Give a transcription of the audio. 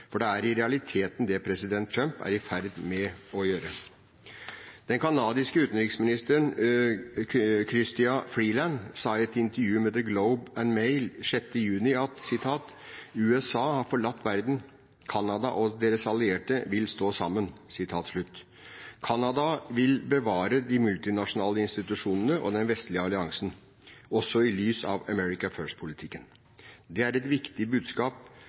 For det er i realiteten det president Trump er i ferd med å gjøre. Den kanadiske utenriksministeren, Chrystia Freeland, sa i et intervju med The Globe and Mail den 6. juni at USA har forlatt verden, og at Canada og deres allierte vil stå sammen. Canada vil bevare de multilaterale institusjonene og den vestlige alliansen, også i lys av «America first»-politikken. Det er et viktig budskap